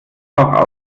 noch